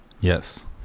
yes